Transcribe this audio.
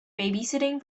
babysitting